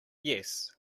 yes